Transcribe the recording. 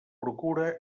procura